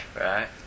Right